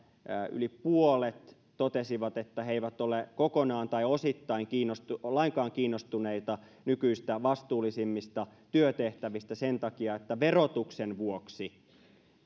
yli puolet totesi että he eivät ole osittain tai lainkaan kiinnostuneita nykyistä vastuullisemmista työtehtävistä sen takia että verotuksen vuoksi